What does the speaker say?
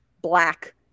black